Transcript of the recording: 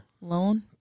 loan